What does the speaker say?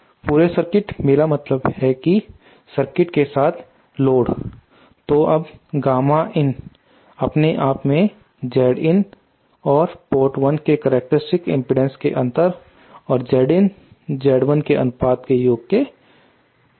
पूरे सर्किट मेरा मतलब है कि सर्किट के साथ लोड Z2 तो अब गामा in अपने आप में Zin और पोर्ट 1 के करक्टेरिस्टिक्स इम्पीडेन्स का अंतर और Zin Z1 के योग के अनुपात के बराबर होता है